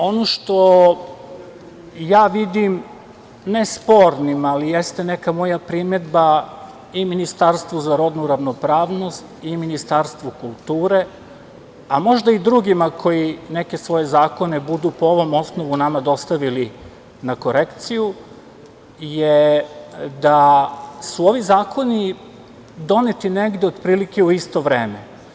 Ono što ja vidim ne spornim, ali jeste neka moja primedba i Ministarstvu za rodnu ravnopravnost i Ministarstvu kulture, a možda i drugima koji neke svoje zakone budu po ovom osnovu nama dostavili na korekciju je da su ovi zakoni doneti negde otprilike u isto vreme.